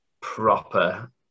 proper